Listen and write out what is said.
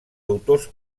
autors